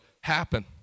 happen